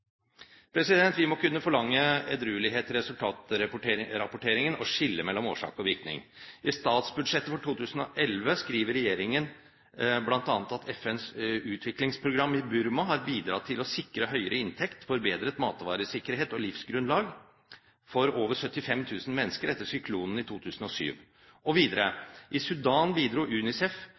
Vi må kunne forlange edruelighet i resultatrapporteringen, og skille mellom årsak og virkning. I statsbudsjettet for 2011 skriver regjeringen bl.a. at FNs utviklingsprogram i Burma har bidratt til å sikre høyere inntekt, forbedret matvaresikkerhet og livsgrunnlag for over 75 000 mennesker etter syklonen i 2007. Og videre: I Sudan bidro UNICEF,